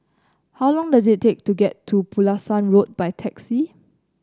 how long does it take to get to Pulasan Road by taxi